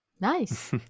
Nice